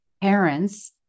parents